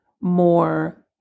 more